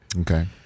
Okay